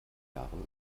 jahren